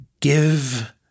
give